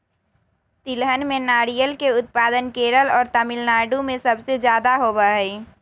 तिलहन में नारियल के उत्पादन केरल और तमिलनाडु में सबसे ज्यादा होबा हई